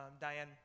Diane